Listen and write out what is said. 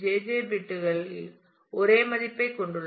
J பிட்களில் ஒரே மதிப்பைக் கொண்டுள்ளன